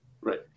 Right